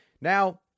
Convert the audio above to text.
Now